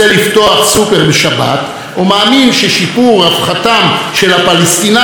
מאמין ששיפור רווחתם של הפלסטינים הוא אינטרס ישראלי.